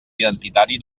identitari